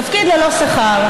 תפקיד ללא שכר.